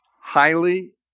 highly